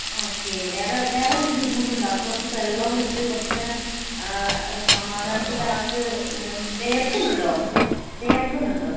okay വേറെ വേറെ വല്ല ബുദ്ധിമുട്ട് ഉണ്ടോ ആൾക്ക് വെള്ളവും കൊടുത്ത് കുറച്ച് നേരം ആ സമാധാനത്തോടെ ആൾക്ക് വിയർക്കുന്നുണ്ടോ വിയർക്കുന്നുണ്ടോ